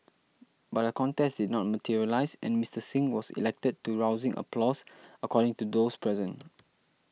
but a contest did not materialise and Mister Singh was elected to rousing applause according to those present